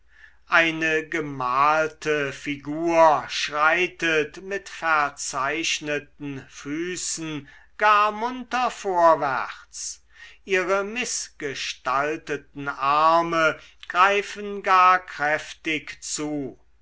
eine gemalte figur schreitet mit verzeichneten füßen gar munter vorwärts ihre mißgestalteten arme greifen gar kräftig zu